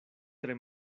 tre